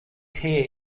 tear